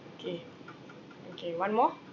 okay okay one more